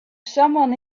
someone